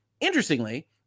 Interestingly